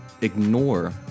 ignore